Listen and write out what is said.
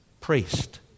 Priest